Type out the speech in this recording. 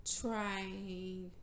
Trying